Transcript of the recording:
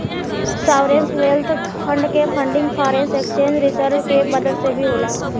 sovereign wealth fund के funding foreign exchange reserves के मदद से भी होला